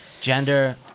Gender